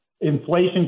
inflation